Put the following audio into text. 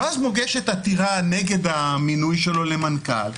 ואז מוגשת עתירה נגד המינוי שלו למנכ"ל,